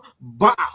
bow